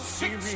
six